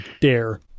dare